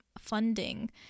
funding